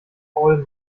paul